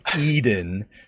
Eden